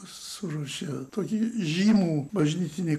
suruošė tokį žymų bažnytinį